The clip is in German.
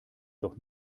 doch